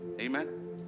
Amen